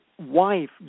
wife